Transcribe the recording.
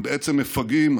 הם בעצם מפגעים,